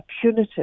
punitive